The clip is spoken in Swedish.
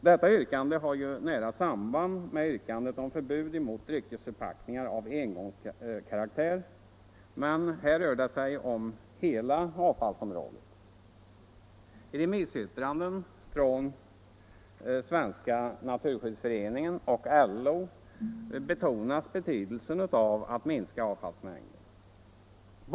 Detta yrkande har nära samband med yrkandet om förbud mot dryckesförpackningar av engångskaraktär, men här rör det sig om hela avfallsområdet. I remissyttrande från Svenska naturskyddsföreningen och LO betonas betydelsen av att minska avfallsmängden.